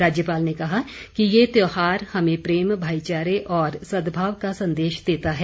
राज्यपाल ने कहा कि ये त्योहार हमें प्रेम भाईचारे और सदभाव का संदेश देता है